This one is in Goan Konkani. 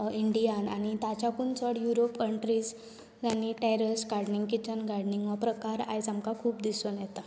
इंडियांत आनी ताच्याकून चड युरोप कंट्रीज हाणी टेरॅस गार्डनींग किचन गार्डनींग हो प्रकार आयज आमकां खूब दिसून येता